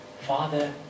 Father